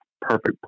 perfect